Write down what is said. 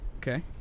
Okay